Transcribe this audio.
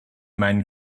meinen